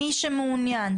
מי שמעוניין,